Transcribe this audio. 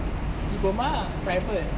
diploma ah private